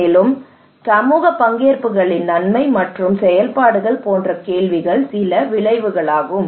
மேலும் சமூக பங்கேற்புகளின் நன்மை மற்றும் செயல்பாடுகள் போன்ற கேள்விகள் சில விளைவுகளாகும்